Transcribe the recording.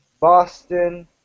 Boston